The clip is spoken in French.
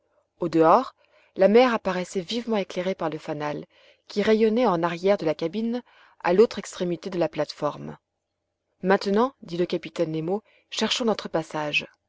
au-dehors la mer apparaissait vivement éclairée par le fanal qui rayonnait en arrière de la cabine à l'autre extrémité de la plate-forme maintenant dit le capitaine nemo cherchons notre passage